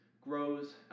grows